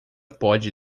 pode